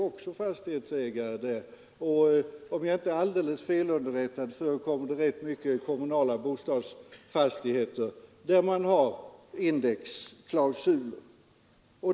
Och om jag inte är alldeles felunderrättad förekommer det också rätt mycket kommunala bostadsfastigheter, där man har indexklausulen.